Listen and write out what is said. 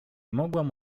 mogłam